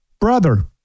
Brother